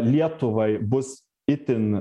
lietuvai bus itin